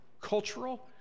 cultural